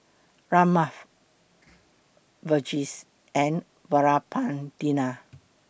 Ramnath Verghese and